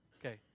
Okay